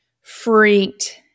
freaked